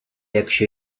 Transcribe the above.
якщо